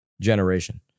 generation